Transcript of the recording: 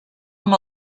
amb